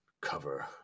cover